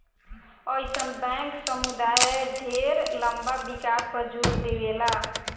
अइसन बैंक समुदाय ढेर लंबा विकास पर जोर देवेला